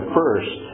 first